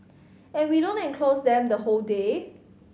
and we don't enclose them the whole day